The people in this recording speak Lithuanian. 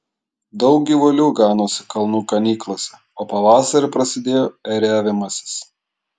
daug gyvulių ganosi kalnų ganyklose o pavasarį prasidėjo ėriavimasis